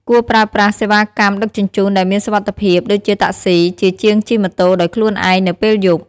គួរប្រើប្រាស់ សេវាកម្មដឹកជញ្ជូនដែលមានសុវត្ថិភាព ដូចជាតាក់ស៊ី ជាជាងជិះម៉ូតូដោយខ្លួនឯងនៅពេលយប់។